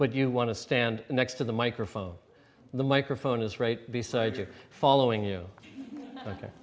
but you want to stand next to the microphone the microphone is right beside you following you ok